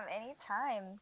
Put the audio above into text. Anytime